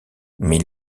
mais